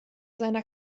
seiner